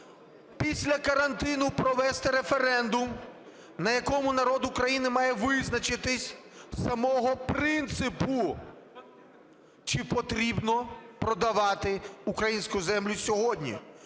після карантину провести референдум, на якому народ України має визначитися з самого принципу, чи потрібно продавати українську землю сьогодні